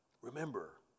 Remember